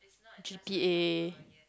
G T A